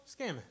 Scamming